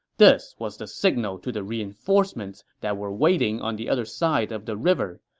this was the signal to the reinforcements that were waiting on the other side of the river.